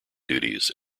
duties